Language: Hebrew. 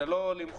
זה לא למכור.